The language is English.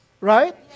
Right